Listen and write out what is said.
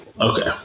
Okay